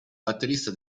batterista